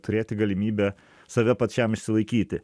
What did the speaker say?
turėti galimybę save pačiam išsilaikyti